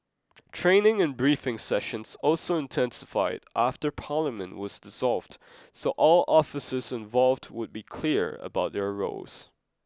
training and briefing sessions also intensified after Parliament was dissolved so all officers involved would be clear about their roles